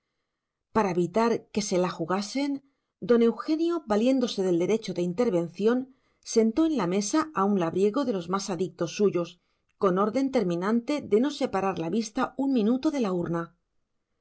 para evitar que se la jugasen don eugenio valiéndose del derecho de intervención sentó en la mesa a un labriego de los más adictos suyos con orden terminante de no separar la vista un minuto de la urna